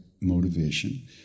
motivation